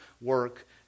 work